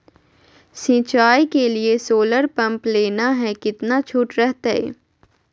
सिंचाई के लिए सोलर पंप लेना है कितना छुट रहतैय?